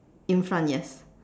in front yes